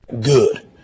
Good